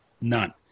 none